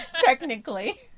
technically